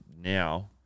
now